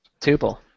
Tuple